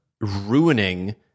ruining